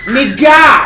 Nigga